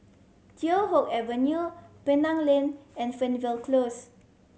Teow Hock Avenue Penang Lane and Fernvale Close